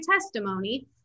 testimony